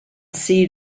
see